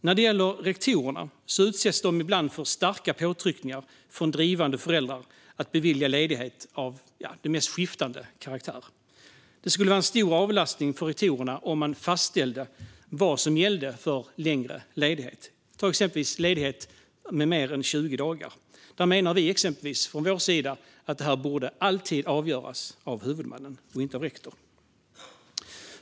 För det första: Rektorerna utsätts ibland för starka påtryckningar från drivande föräldrar att bevilja ledighet av den mest skiftande karaktär. Det skulle vara en stor avlastning för rektorerna om man fastställde vad som gäller för längre ledighet, exempelvis ledighet i mer än 20 dagar. Från vår sida menar vi att detta alltid borde avgöras av huvudmannen och inte av rektorn.